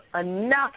enough